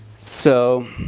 so